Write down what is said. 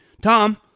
Tom